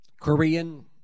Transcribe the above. Korean